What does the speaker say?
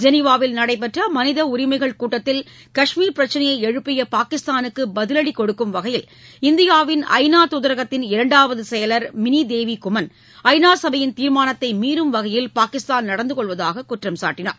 ஜெனீவாவில் நடைபெற்ற மனித உரிமைகள் கூட்டத்தில் கஷ்மீர் பிரச்னையை எழுப்பிய பாகிஸ்தானுக்கு பதிவடி கொடுக்கும் வகையில் இந்தியாவின் ஐநா தூதரகத்தின் இரண்டாவது செயலர் மினி ஐநா சபையின் தீர்மானத்தை மீறும் வகையில் பாகிஸ்தான் நடந்து கொள்வதாகக் குற்றம் தேவி குமன் சாட்டினார்